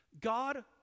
God